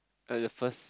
like the first